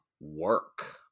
work